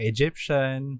Egyptian